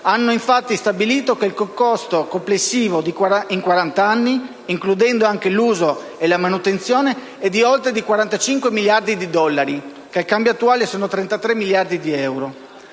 hanno infatti stabilito che il costo complessivo in 40 anni, includendo anche l'uso e la manutenzione, è di oltre 45 miliardi di dollari, che al cambio attuale sono 33 miliardi di euro